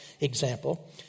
example